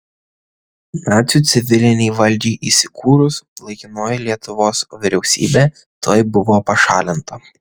nacių civilinei valdžiai įsikūrus laikinoji lietuvos vyriausybė tuoj buvo pašalinta